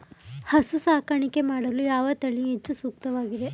ಹಸು ಸಾಕಾಣಿಕೆ ಮಾಡಲು ಯಾವ ತಳಿ ಹೆಚ್ಚು ಸೂಕ್ತವಾಗಿವೆ?